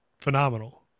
phenomenal